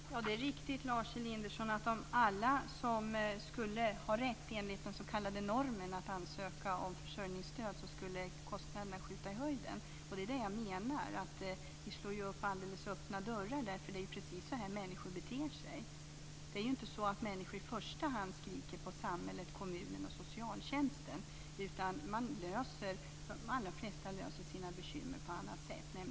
Fru talman! Det är riktigt, Lars Elinderson, att om alla som skulle ha rätt att enligt normen ansöka om försörjningsstöd skulle göra så skulle kostnaderna skjuta i höjden. Vi slår upp alldeles öppna dörrar, för det är precis så människor beter sig. Människor skriker inte i första hand på samhället, kommunen och socialtjänsten, utan de allra flesta löser sina bekymmer på annat sätt, nämligen i den trängre kretsen.